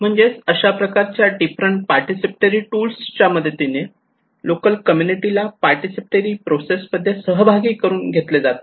म्हणजेच अशा प्रकारच्या डिफरंट पार्टिसिपेटरी टूल्स च्या मदतीने लोकल कम्युनिटीला पार्टिसिपेटरी प्रोसेस मध्ये सहभागी करून घेतले जाते